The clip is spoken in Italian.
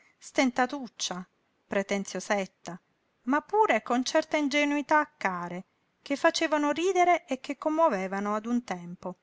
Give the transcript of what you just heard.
niente stentatuccia pretenziosetta ma pure con certe ingenuità care che facevano ridere e che commovevano a un tempo